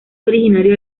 originario